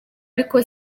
ariko